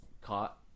caught